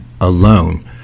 alone